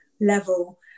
level